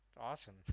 awesome